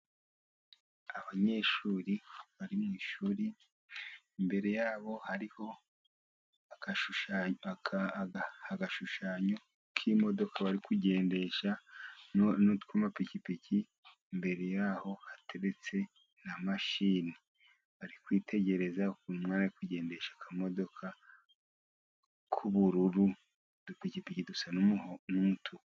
Abanyeshuri bari mu ishuri, imbere yabo hariho agashushanyo k' imodoka bari kugendesha n' utw' amapikipiki imbere yaho hateretse na mashini, bari kwitegereza ukuntu umwe ari kugendesha akamodoka, k' ubururu, udupikipiki dusa n' umut_